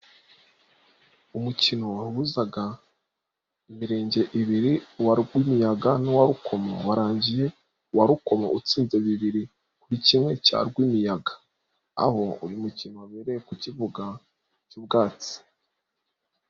Umukino wahuzaga imirenge ibiri uwa Rwimiyaga n'uwa Rukomo warangiye uwa rukomo utsinze bibiri kuri kimwe cya rwimiyaga aho uyu mukino wabereye ku kibuga cy'ubwatsi.